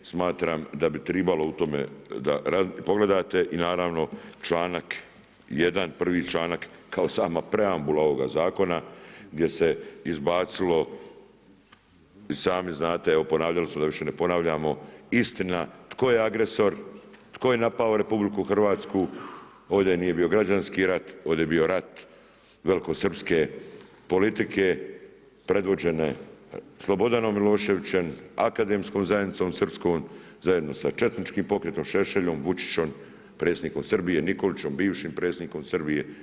Smatramo da bi trebalo u tome, da pogledate i naravno čl.1 kao sama preambula ovoga zakona, gdje se izbacilo i sami znate, evo, ponavljali su, da više ne ponavljamo, istina, tko je agresor, tko je napadao RH, ovdje nije bio građanski rat, ovdje je bio rat velikosrpske politike predvođene Slobodanom Miloševićem, akademskom zajednicom, srpskom, zajedno sa četničkom pokretom, Šešeljom, Vučićem, predsjednikom Srbijom, Nikolićem, bivšim predsjednikom Srbije.